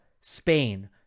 Spain